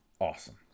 awesome